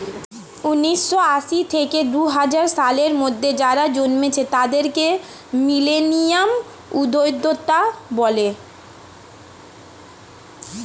উন্নিশো আশি থেকে দুহাজার সালের মধ্যে যারা জন্মেছে তাদেরকে মিলেনিয়াল উদ্যোক্তা বলে